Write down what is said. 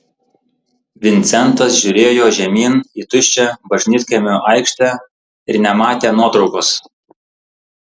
vincentas žiūrėjo žemyn į tuščią bažnytkaimio aikštę ir nematė nuotraukos